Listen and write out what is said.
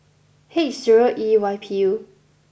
H zero E Y P U